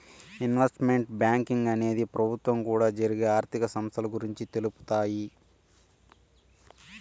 investment banking అనేది ప్రభుత్వం కూడా జరిగే ఆర్థిక సంస్థల గురించి తెలుపుతాయి